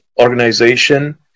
organization